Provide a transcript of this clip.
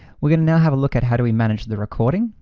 we're gonna now have a look at how do we manage the recording,